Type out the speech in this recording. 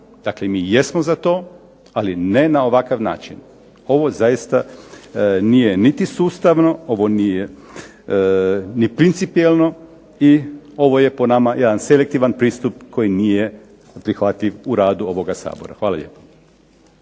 Dakle mi jesmo za to, ali ne na ovakav način. Ovo zaista nije niti sustavno, ovo nije ni principijelno, i ovo je po nama jedan selektivan pristup koji nije prihvatljiv u radu ovoga Sabora. Hvala lijepo.